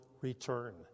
return